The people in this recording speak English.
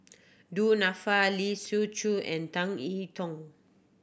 Du Nanfa Lee Siu Chiu and Tan E Tong